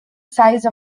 size